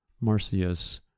Marcius